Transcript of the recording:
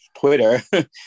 Twitter